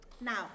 now